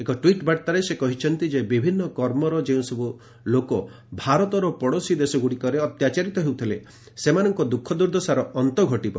ଏକ ଟ୍ୱିଟ୍ ବାର୍ତ୍ତାରେ ସେ କହିଛନ୍ତି ଯେ ବିଭିନ୍ନ ଧର୍ମର ଯେଉଁସବୁ ଲୋକ ଭାରତର ପଡ଼ୋଶୀ ଦେଶଗୁଡ଼ିକରେ ଅତ୍ୟାଚାରିତ ହେଉଥିଲେ ସେମାନଙ୍କ ଦୁଃଖଦୁର୍ଦ୍ଦଶାର ଅନ୍ତ ଘଟିବ